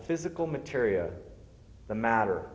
physical material the matter